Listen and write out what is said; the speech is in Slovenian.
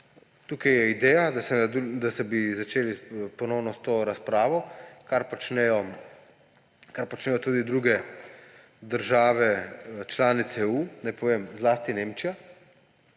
tukaj je ideja, da bi se začelo ponovno s to razpravo, kar počnejo tudi druge države članice EU, naj povem – zlasti Nemčija.